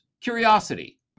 curiosity